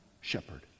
shepherd